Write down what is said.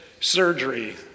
surgery